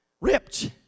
Ripped